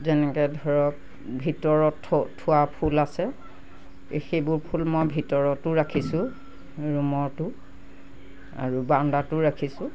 যেনেকৈ ধৰক ভিতৰত থোৱা ফুল আছে সেইবোৰ ফুল মই ভিতৰতো ৰাখিছোঁ ৰুমটো আৰু বাৰাণ্ডাটো ৰাখিছোঁ